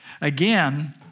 Again